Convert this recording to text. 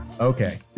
Okay